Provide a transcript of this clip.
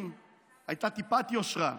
אם הייתה טיפת יושרה אצלכם,